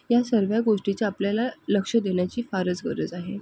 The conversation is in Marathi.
या सर्व गोष्टीचा आपल्याला लक्ष देण्याची फारच गरज आहे